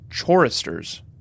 choristers